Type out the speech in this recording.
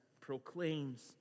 proclaims